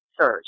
search